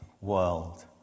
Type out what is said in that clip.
world